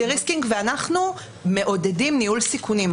ואנחנו מעודדים ניהול סיכונים.